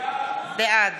בעד